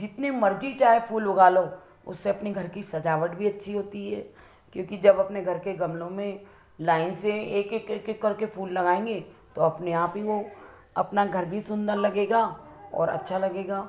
जितने मर्ज़ी चाहे फूल उगालो उससे अपने घर की सजावट भी अच्छी होती है क्योंकि जब अपने घर के गमलों में लाइन से एक एक एक एक करके फूल लगाएँगे तो अपने आप ही वो अपना घर भी सुंदर लगेगा और अच्छा लगेगा